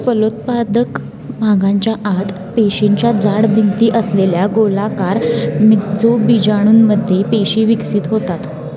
फलोत्पादक भागांच्या आत पेशींच्या जाड भिंती असलेल्या गोलाकार मि जो बिजाणूंमध्ये पेशी विकसित होतात